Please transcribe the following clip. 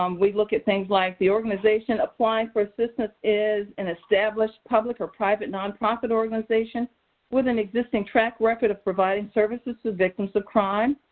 um we look at things like the organization applying for assistance is an established public or private, nonprofit organizations with an existing track record of providing services to victims of crime.